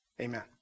Amen